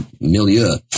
milieu